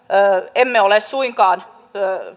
emme ole suinkaan